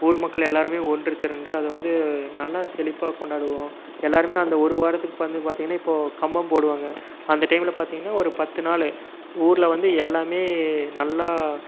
ஊர் மக்கள் எல்லாருமே ஒன்று திரண்டு அது வந்து நல்ல செழிப்பாக கொண்டாடுவோம் எல்லாருமே அந்த ஒரு வாரத்துக்கு வந்து பார்த்திங்கன்னா இப்போது கம்பம் போடுவாங்கள் அந்த டைம்ல பார்த்திங்கன்னா ஒரு பத்து நாள் ஊர்ல வந்து எல்லாமே நல்லா